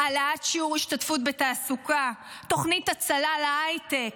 העלאת שיעור השתתפות בתעסוקה, תוכנית הצלה להייטק,